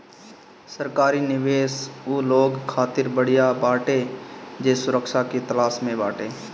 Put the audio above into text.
सरकारी निवेश उ लोग खातिर बढ़िया बाटे जे सुरक्षा के तलाश में बाटे